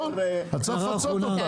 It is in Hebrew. צריך לפצות אותם,